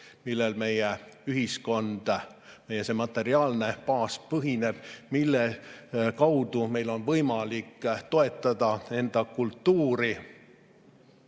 millel meie ühiskond, meie materiaalne baas põhineb, mille kaudu meil on võimalik toetada enda kultuuri.